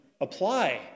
apply